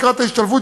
לקראת ההשתלבות